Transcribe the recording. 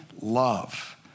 love